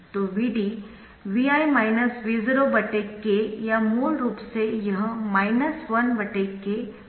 तो Vd Vi V0 K या मूल रूप से यह 1 K × V0 Vi है